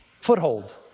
Foothold